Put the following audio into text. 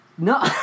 No